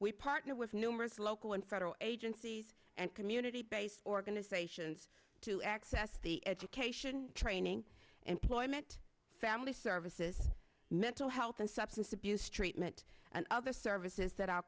we partnered with numerous local and federal agencies and community based organizations to access the education training and employment family services mental health and substance abuse treatment and other services that our